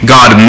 God